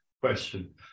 question